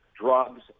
drugs